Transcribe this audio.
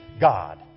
God